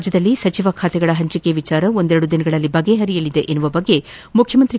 ರಾಜ್ಜದಲ್ಲಿ ಸಚಿವ ಖಾತೆಗಳ ಪಂಚಿಕೆ ವಿಷಯ ಒಂದೆರಡು ದಿನಗಳಲ್ಲಿ ಬಗೆಪರಿಯಲಿದೆ ಎಂಬ ಬಗ್ಗೆ ಮುಖ್ಯಮಂತ್ರಿ ಎಚ್